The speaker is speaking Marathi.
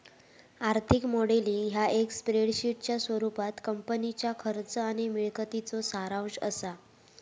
आर्थिक मॉडेलिंग ह्या एक स्प्रेडशीटच्या स्वरूपात कंपनीच्या खर्च आणि मिळकतीचो सारांश असा